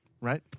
Right